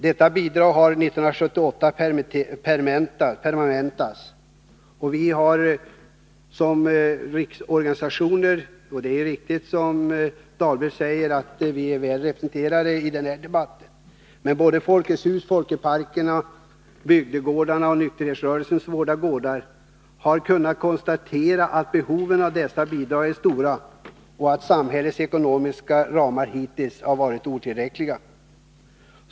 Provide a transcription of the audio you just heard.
Detta bidrag permanentades 1978. Vi som i våra riksorganisationer — Folkets hus, Folkparkerna, Bygdegårdarna och nykterhetsrörelsens Våra gårdar — sysslar med dessa frågor — det är riktigt som Rolf Dahlberg säger, att vi är väl representerade i den här debatten — har kunnat konstatera att behoven av dessa bidrag är stora och att samhällets ekonomiska ramar hittills har varit otillräckliga.